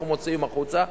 אנחנו מוציאים החוצה,